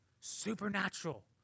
Supernatural